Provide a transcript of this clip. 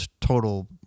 total